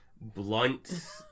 blunt